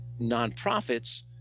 nonprofits